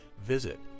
visit